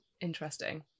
Interesting